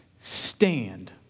stand